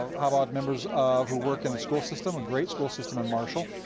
how about members ah who work in the school system, a great school system in marshall.